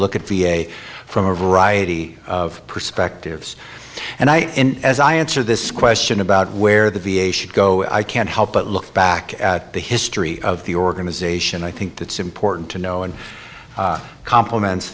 look at v a from a variety of perspectives and i as i answer this question about where the v a should go i can't help but look back at the history of the organization i think that's important to know and complements